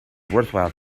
worthwhile